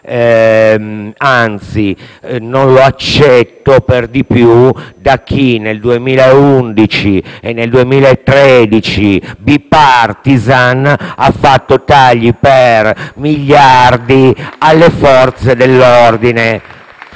sarà. Non lo accetto per di più da chi nel 2011 e nel 2013, in maniera *bipartisan*, ha fatto tagli per miliardi alle Forze dell'ordine.